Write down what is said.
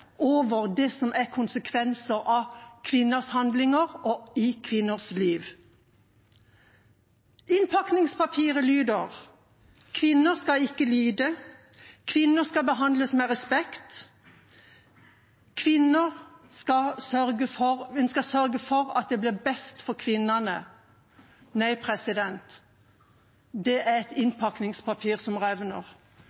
over det som er konsekvenser av kvinners handlinger, og over kvinners liv. Innpakningspapiret lyder: Kvinner skal ikke lide. Kvinner skal behandles med respekt. En skal sørge for at det blir best mulig for kvinnene. – Nei, det er et